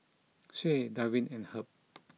Shae Davin and Herb